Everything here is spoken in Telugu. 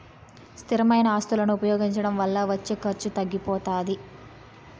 స్థిరమైన ఆస్తులను ఉపయోగించడం వల్ల వచ్చే ఖర్చు తగ్గిపోతాది